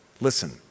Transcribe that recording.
listen